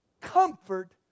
comfort